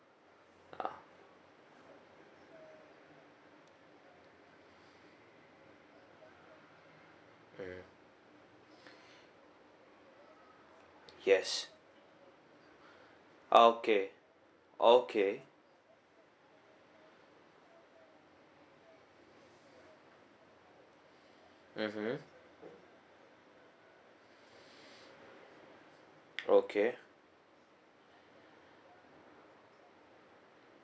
ah mm yes okay okay mm hmm okay